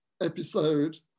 episode